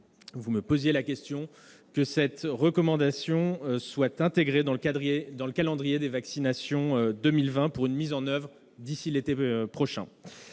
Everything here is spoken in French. et de la santé, que cette recommandation soit intégrée dans le calendrier des vaccinations de 2020, pour une mise en oeuvre d'ici à l'été prochain.